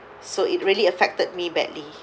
so it really affected me badly